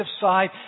side